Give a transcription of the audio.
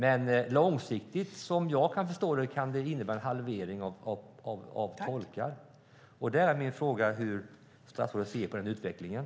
Som jag förstår det kan det dock långsiktigt innebära en halvering av antalet tolkar. Hur ser statsrådet på den utvecklingen?